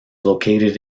located